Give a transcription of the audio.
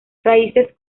raíces